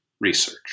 research